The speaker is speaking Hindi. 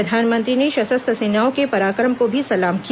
प्रधानमंत्री ने सशस्त्र सेनाओं को पराक्रम को भी सलाम किया